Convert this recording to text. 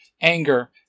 Anger